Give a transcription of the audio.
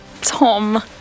Tom